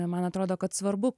man atrodo kad svarbu